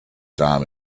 time